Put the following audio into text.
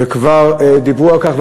וכבר דיברו על כך,